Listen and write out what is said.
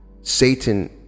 Satan